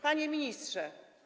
Panie Ministrze!